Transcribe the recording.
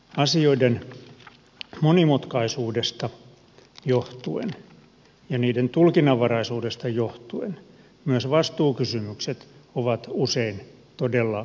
asioiden monimutkaisuudesta johtuen ja niiden tulkinnanvaraisuudesta johtuen myös vastuukysymykset ovat usein todella epäselviä